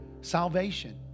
salvation